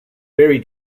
berry